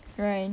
right